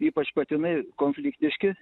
ypač patinai konfliktiški